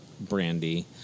brandy